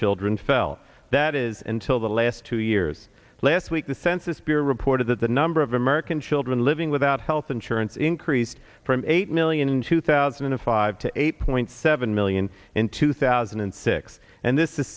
children fell that is until the last two years last week the census bureau reported that the number of american children living without health insurance increased from eight million in two thousand and five to eight point seven million in two thousand and six and this is